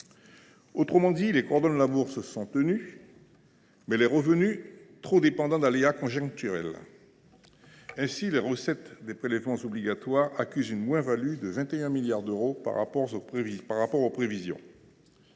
Autrement dit, les cordons de la bourse sont tenus, mais les revenus sont trop dépendants d’aléas conjoncturels. Ainsi, les recettes des prélèvements obligatoires accusent une moins value de 21 milliards d’euros par rapport aux prévisions.